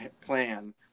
plan